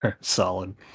Solid